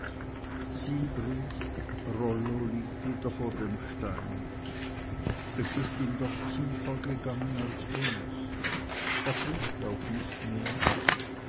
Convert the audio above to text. briest rollo liegt wieder vor dem stein es ist ihm doch noch tiefer gegangen als uns er frißt auch nicht mehr